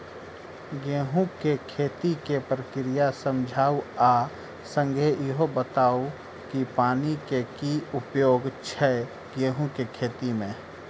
गेंहूँ केँ खेती केँ प्रक्रिया समझाउ आ संगे ईहो बताउ की पानि केँ की उपयोग छै गेंहूँ केँ खेती में?